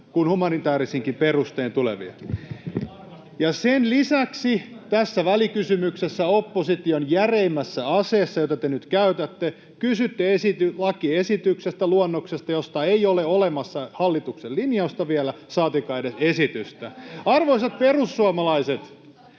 kuin humanitäärisinkin perustein tulevia. Ja sen lisäksi tässä välikysymyksessä, opposition järeimmässä aseessa, jota te nyt käytätte, te kysytte lakiluonnoksesta, josta ei ole olemassa edes hallituksen linjausta vielä, saatikka esitystä. [Riikka Purra: